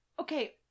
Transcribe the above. Okay